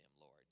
Lord